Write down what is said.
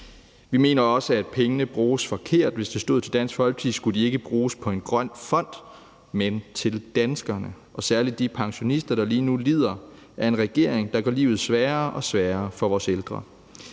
Vi mener også, at pengene bruges forkert. Hvis det stod til Dansk Folkeparti, skulle de ikke bruges på en grøn fond, men til danskerne og særlig de pensionister, der lige nu lider under en regering, der gør livet sværere og sværere for vores ældre.